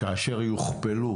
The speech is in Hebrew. כאשר יוכפלו,